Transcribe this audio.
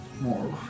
more